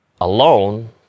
alone